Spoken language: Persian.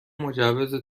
مجوز